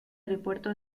aeropuerto